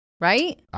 Right